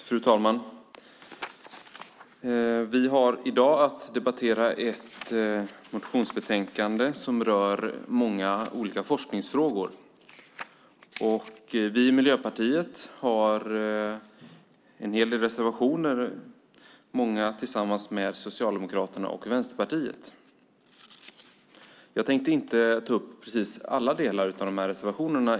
Fru talman! I dag har vi att debattera ett motionsbetänkande som rör många olika forskningsfrågor. Vi i Miljöpartiet har en hel del reservationer, många av dem tillsammans med Socialdemokraterna och Vänsterpartiet. Jag tänker inte i dag ta upp precis alla delar i reservationerna.